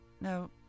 no